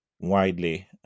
widely